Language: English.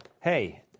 Hey